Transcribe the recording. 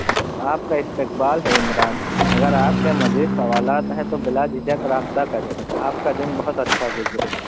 آپ کا استقبال ہے عمران اگر آپ کے مزید سوالات ہے تو بلاجھجک رابطہ کریں آپ کا دن بہت اچھا گزرے